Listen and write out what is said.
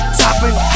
topping